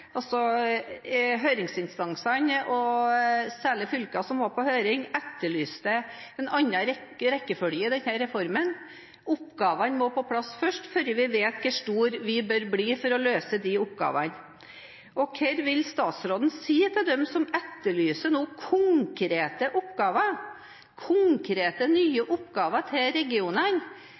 Høringsinstansene, og særlig fylkene som var på høring, etterlyste en annen rekkefølge i denne reformen. Oppgavene må på plass først, før vi vet hvor store vi bør bli for å løse oppgavene. Hva vil statsråden si til dem som nå etterlyser konkrete, nye oppgaver til regionene?